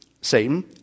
Satan